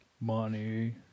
Money